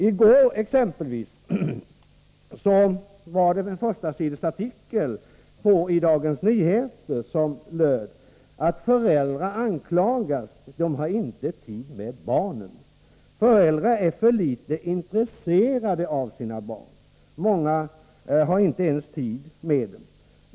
I går fanns det i Dagens Nyheter en förstasidesartikel med bl.a. följande text: ”Föräldrar anklagas. Har inte tid med barnen. — Föräldrar är för lite intresserade av sina barn, många har inte ens tid med dem!